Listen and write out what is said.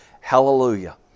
Hallelujah